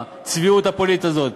הצביעות הפוליטית הזאת,